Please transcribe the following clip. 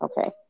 Okay